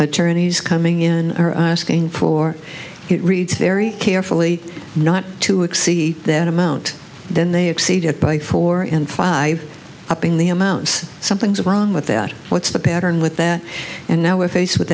attorneys coming in are asking for it reads very carefully not to exceed that amount then they exceed it by four and five up in the amounts something's wrong with that what's the pattern with that and now we're faced with